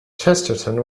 chesterton